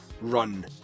run